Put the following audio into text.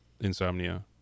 insomnia